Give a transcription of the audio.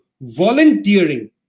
Volunteering